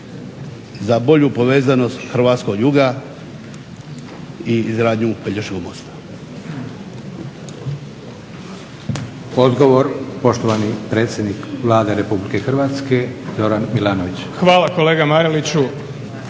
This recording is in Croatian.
za bolju povezanost hrvatskog juga i izgradnju Pelješkog mosta.